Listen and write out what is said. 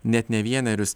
net ne vienerius